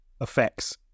effects